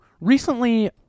Recently